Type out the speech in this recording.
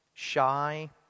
shy